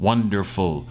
Wonderful